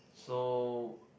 so